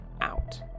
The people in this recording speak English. out